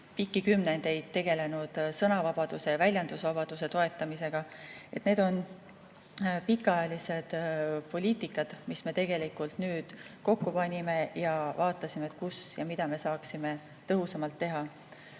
pikki kümnendeid tegelenud sõnavabaduse ja väljendusvabaduse toetamisega. Need on pikaajalised poliitikad, mis me tegelikult nüüd kokku panime ja vaatasime, kus ja mida me saaksime tõhusamalt teha.